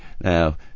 now